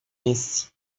esse